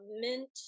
mint